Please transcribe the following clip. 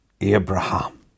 Abraham